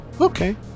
Okay